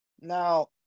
Now